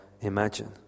imagine